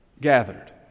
gathered